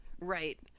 right